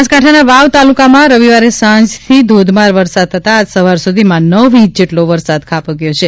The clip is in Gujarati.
બનાસકાંઠાના વાવ તાલુકામાં રવિવારે સાંજથી ધોધમાર વરસાદ થતા આજે સવાર સુધીમાં નવ ઇંચ જેટલો વરસાદ ખાબક્યો છે